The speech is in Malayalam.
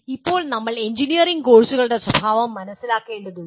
ഇപ്പോൾ നമ്മൾ എഞ്ചിനീയറിംഗ് കോഴ്സുകളുടെ സ്വഭാവം മനസ്സിലാക്കേണ്ടതുണ്ട്